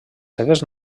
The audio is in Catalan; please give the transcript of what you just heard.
seves